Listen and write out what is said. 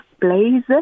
blaze